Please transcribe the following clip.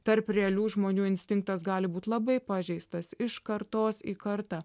tarp realių žmonių instinktas gali būt labai pažeistas iš kartos į kartą